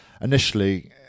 initially